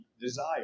desire